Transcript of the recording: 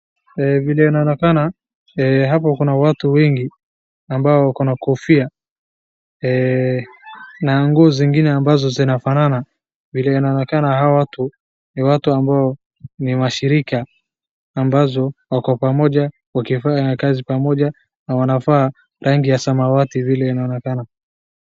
Vile inaonekana, hapo kuna watu wengi ambao wako na kofia na nguo zingine ambazo zinafanana. Vile inaonekana hawa watu ni watu ambao ni mashirika ambao wako pamoja, wakifanya kazi pamoja na wamevaa rangi ya samawati vile inaonekana.